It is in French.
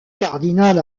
cardinal